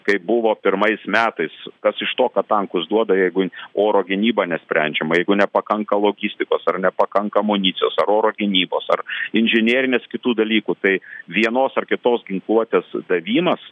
kai buvo pirmais metais kas iš to kad tankus duoda jeigu oro gynyba nesprendžiama jeigu nepakanka logistikos ar nepakanka amunicijos ar oro gynybos ar inžinerinės kitų dalykų tai vienos ar kitos ginkluotės davimas